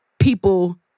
people